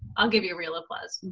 i'll give you real applause.